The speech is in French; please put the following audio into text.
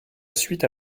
suite